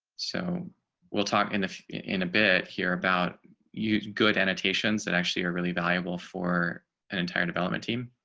so we'll talk in in a bit here about you, good annotations that actually are really valuable for an entire development team.